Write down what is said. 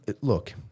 look